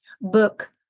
book